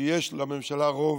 כי יש לממשלה רוב,